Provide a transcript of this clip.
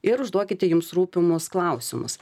ir užduokite jums rūpimus klausimus